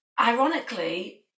ironically